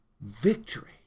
victory